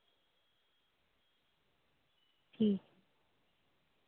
ठीक